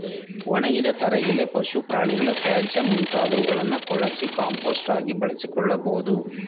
ಒಣಗಿದ ತರಗೆಲೆ, ಪಶು ಪ್ರಾಣಿಗಳ ತ್ಯಾಜ್ಯ ಮುಂತಾದವುಗಳನ್ನು ಕೊಳಸಿ ಕಾಂಪೋಸ್ಟ್ ಆಗಿ ಬಳಸಿಕೊಳ್ಳಬೋದು